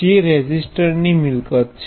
જે રેઝિસ્ટરની મિલકત છે